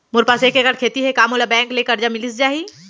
मोर पास एक एक्कड़ खेती हे का मोला बैंक ले करजा मिलिस जाही?